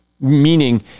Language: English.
meaning